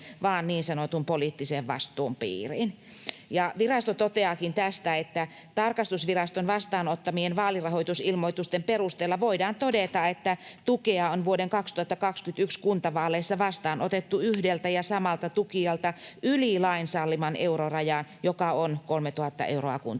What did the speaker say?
vaan niin sanotun poliittisen vastuun piiriin. Ja virasto toteaakin tästä, että tarkastusviraston vastaanottamien vaalirahoitusilmoitusten perusteella voidaan todeta, että tukea on vuoden 2021 kuntavaaleissa vastaanotettu yhdeltä ja samalta tukijalta yli lain salliman eurorajan, joka on 3 000 euroa kuntavaaleissa.